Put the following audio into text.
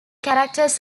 characters